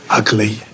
ugly